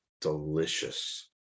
delicious